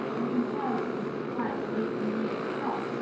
in comparison with the time saved in years to come?